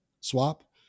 swap